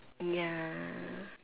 ya